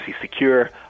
secure